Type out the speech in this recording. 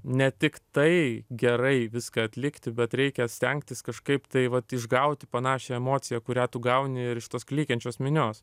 ne tik tai gerai viską atlikti bet reikia stengtis kažkaip tai vat išgauti panašią emociją kurią tu gauni ir iš tos klykiančios minios